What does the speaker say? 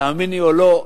תאמיני או לא,